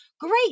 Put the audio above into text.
Great